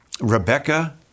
Rebecca